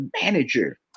manager